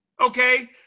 okay